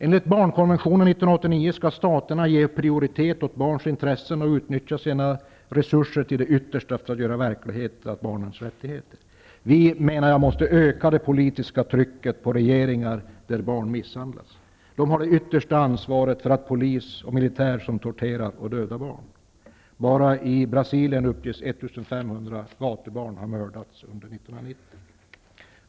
Enligt barnkonventionen från 1989 skall staterna ge prioritet åt barns intressen och utnyttja sina resurser till det yttersta för att göra verklighet av barnets rättigheter. Vi måste öka det politiska trycket på regeringar i länder där barn misshandlas. Regeringarna har det yttersta ansvaret för den polis och militär som torterar och dödar barn. Bara i 1990.